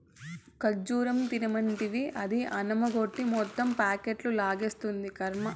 ఖజ్జూరం తినమంటివి, అది అన్నమెగ్గొట్టి మొత్తం ప్యాకెట్లు లాగిస్తాంది, కర్మ